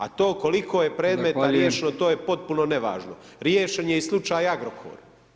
A to koliko je predmeta riješeno, to je potpuno nevažno, riješen je i slučaj Agrokor.